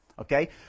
Okay